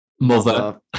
mother